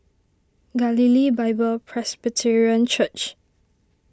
Galilee Bible Presbyterian Church